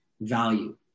value